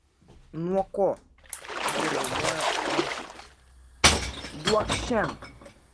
nuo ko suriaumojo konsulas duokš šen